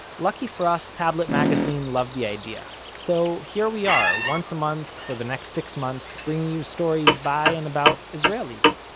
lucky for us, tablet magazine loved the idea. so here we are, once a month for the next six months, bringing you stories by and about israelis.